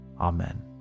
Amen